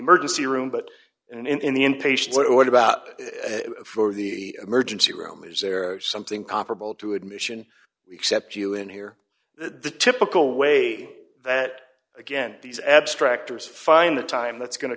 emergency room but in the inpatient what about for the emergency room is there something comparable to admission except you in here the typical way that again these abstract as fine a time that's go